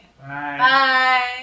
Bye